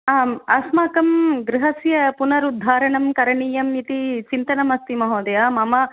आम् अस्माकं गृहस्य पुनरुद्धारणं करणीयम् इत्ति चिन्तनमस्ति महोदय मम